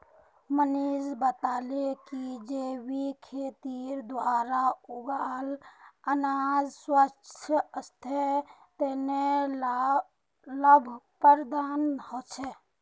मनीष बताले कि जैविक खेतीर द्वारा उगाल अनाज स्वास्थ्य तने लाभप्रद ह छे